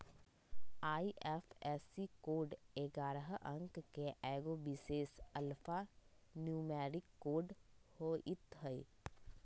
IFSC code ऐगारह अंक के एगो विशेष अल्फान्यूमैरिक कोड होइत हइ